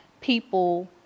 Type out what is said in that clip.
people